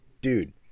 Dude